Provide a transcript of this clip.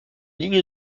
ligne